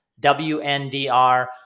WNDR